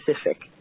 specific